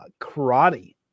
Karate